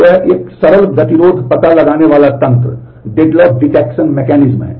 तो यह एक सरल गतिरोध पता लगाने वाला तंत्र है